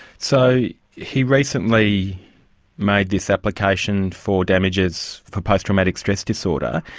so he recently made this application for damages for post-traumatic stress disorder.